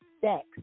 sex